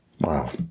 Wow